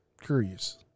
Curious